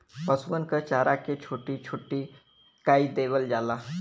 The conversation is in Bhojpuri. पसुअन क चारा के छोट्टी छोट्टी कै देवल जाला